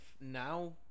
now